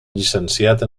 llicenciat